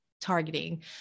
targeting